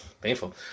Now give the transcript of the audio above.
Painful